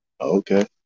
Okay